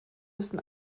müssen